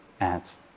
ads